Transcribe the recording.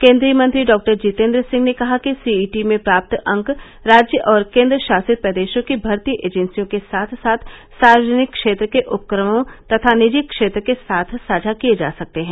केंद्रीय मंत्री डॉ जितेन्द्र सिंह ने कहा कि सीईटी में प्राप्त अंक राज्य और केंद्र शासित प्रदेशों की भर्ती एजेंसियों के साथ साथ सार्वजनिक क्षेत्र के उपक्रमों तथा निजी क्षेत्र के साथ साझा किये जा सकते हैं